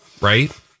right